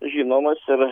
žinomas ir